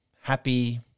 happy